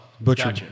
butcher